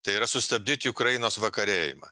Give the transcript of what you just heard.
tai yra sustabdyti ukrainos vakarėjimą